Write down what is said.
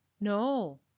No